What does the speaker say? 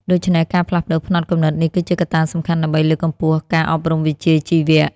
ដូច្នេះ ការផ្លាស់ប្តូរផ្នត់គំនិតនេះគឺជាកត្តាសំខាន់ដើម្បីលើកកម្ពស់ការអប់រំវិជ្ជាជីវៈ។